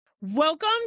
Welcome